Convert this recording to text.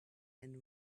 and